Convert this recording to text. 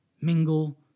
mingle